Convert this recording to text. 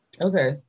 okay